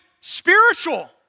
spiritual